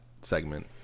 segment